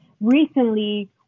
recently